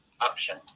option